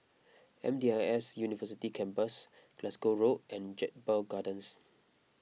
M D I S University Campus Glasgow Road and Jedburgh Gardens